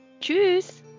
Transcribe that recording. Tschüss